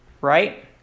Right